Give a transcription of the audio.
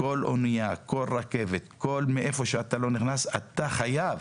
בכל אונייה, בכל רכבת, אתה חייב